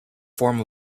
form